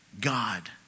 God